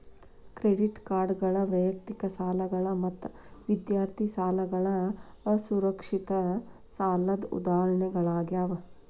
credit ಕಾರ್ಡ್ಗಳ ವೈಯಕ್ತಿಕ ಸಾಲಗಳ ಮತ್ತ ವಿದ್ಯಾರ್ಥಿ ಸಾಲಗಳ ಅಸುರಕ್ಷಿತ ಸಾಲದ್ ಉದಾಹರಣಿಗಳಾಗ್ಯಾವ